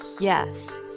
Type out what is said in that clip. yes,